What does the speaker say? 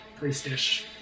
priestish